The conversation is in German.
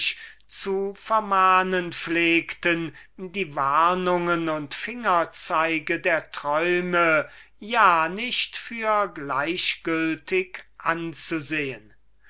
zu vermahnen pflegte die warnungen und fingerzeige der träume ja nicht für gleichgültig anzusehen